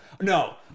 no